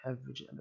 average